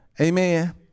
Amen